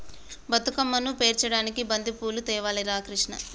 బతుకమ్మను పేర్చడానికి బంతిపూలు తేవాలి రా కిష్ణ